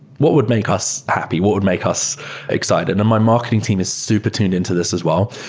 what would make us happy? what would make us excited? and my marketing team is super tuned into this as well.